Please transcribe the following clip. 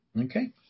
Okay